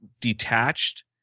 detached